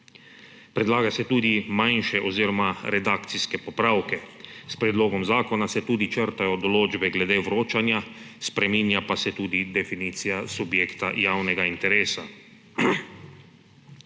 Predlaga se tudi manjše oziroma redakcijske popravke. S predlogom zakona se tudi črtajo določbe glede vročanja, spreminja pa se tudi definicija subjekta javnega interesa.